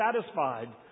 satisfied